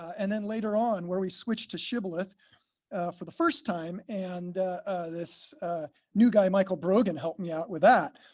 and then later on where we switched to shibboleth for the first time and this new guy michael brogan helped me out with that.